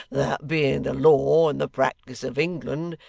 that being the law and the practice of england,